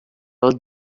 del